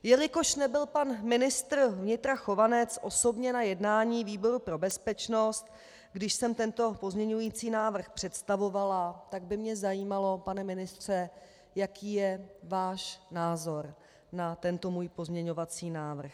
Jelikož nebyl pan ministr vnitra Chovanec osobně na jednání výboru pro bezpečnost, když jsem tento pozměňovací návrh představovala, tak by mě zajímalo, pane ministře, jaký je váš názor na tento můj pozměňovací návrh.